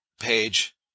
page